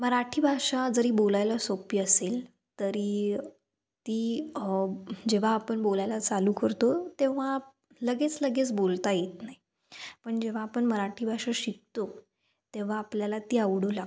मराठी भाषा जरी बोलायला सोप्पी असेल तरी ती जेव्हा आपण बोलायला चालू करतो तेव्हा लगेच लगेच बोलता येत नाही पण जेव्हा आपण मराठी भाषा शिकतो तेव्हा आपल्याला ती आवडू लागते